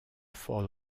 fall